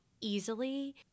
easily